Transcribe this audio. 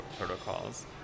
protocols